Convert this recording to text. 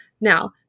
Now